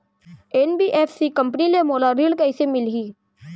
NBFC company ले मोला ऋण कइसे मिलही?